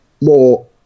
more